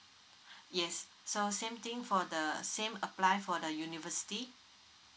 yes so same thing for the same apply for the university